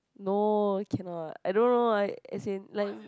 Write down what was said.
no cannot I don't know uh as in like